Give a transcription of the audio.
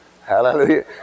Hallelujah